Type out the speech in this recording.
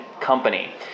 company